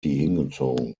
hingezogen